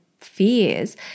fears